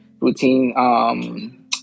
routine